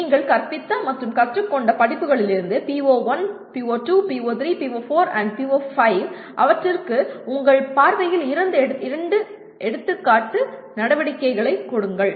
நீங்கள் கற்பித்த மற்றும் கற்றுக்கொண்ட படிப்புகளிலிருந்து PO1 PO2 PO3 PO4 மற்றும் PO5 அவற்றுக்கு உங்கள் பார்வையில் இரண்டு எடுத்துக்காட்டு நடவடிக்கைகளை கொடுங்கள்